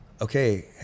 okay